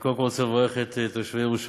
קודם כול, אני רוצה לברך את תושבי ירושלים,